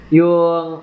yung